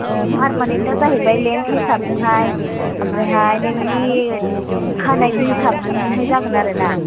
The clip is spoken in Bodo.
औ पार्मानेन्टआ जाहैबाय लेन्थ हिसाबजोंहाय आमफ्रायहाय नोंनि खानायनि हिसाबजोंहाय जागोन आरो ना